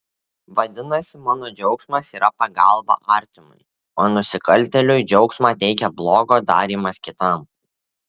vadinasi mano džiaugsmas yra pagalba artimui o nusikaltėliui džiaugsmą teikia blogo darymas kitam